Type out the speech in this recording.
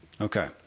Okay